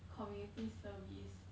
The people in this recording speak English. community service